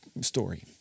story